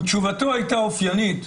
תשובתו היתה אופיינית.